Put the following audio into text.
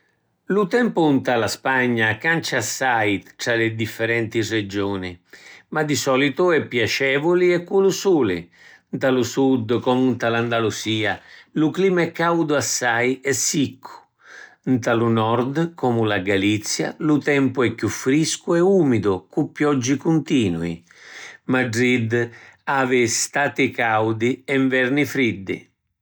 Lu tempu nta la Spagna cancia assai tra li differenti regiuni, ma di solitu è piacevuli e cu lu suli. Nta lu Sud, comu nta l’Andalusia, lu clima è caudu assai e siccu. Nta lu Nord, comu la Galizia, lu tempu è chiù friscu e umidu cu pioggi cuntinui. Madrid havi stati caudi e nverni friddi.